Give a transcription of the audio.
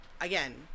again